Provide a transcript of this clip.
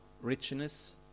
richness